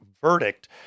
verdict